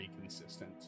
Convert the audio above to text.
consistent